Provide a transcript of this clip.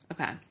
Okay